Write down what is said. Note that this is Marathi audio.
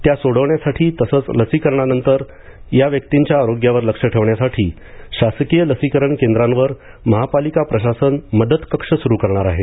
त्या सोडवण्यासाठी तसंच लसीकरणानंतर या व्यक्तींच्या आरोग्यावर लक्ष ठेवण्यासाठी शासकीय लसीकरण केंद्रांवर महापालिका प्रशासन मदत कक्ष सुरू करणार आहे